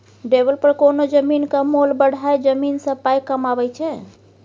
developer कोनो जमीनक मोल बढ़ाए जमीन सँ पाइ कमाबै छै